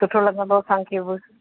सुठो लॻंदो असांखे बि